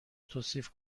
توصیف